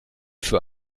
für